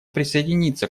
присоединиться